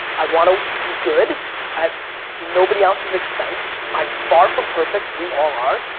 i want to do good at nobody else's expense. i'm far from perfect, we all are.